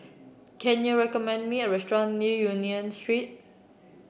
can you recommend me a restaurant near Union Street